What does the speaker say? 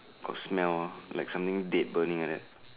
got smell uh like something dead burning like that